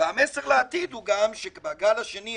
והמסר לעתיד הוא גם שבגל השני,